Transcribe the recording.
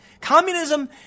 communism